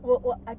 我我 I